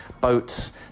boats